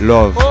Love